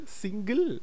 single